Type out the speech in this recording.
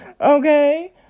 okay